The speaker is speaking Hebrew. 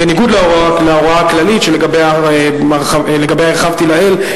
בניגוד להוראה הכללית שלגביה הרחבתי לעיל,